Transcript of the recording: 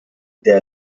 der